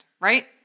right